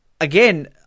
again